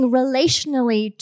relationally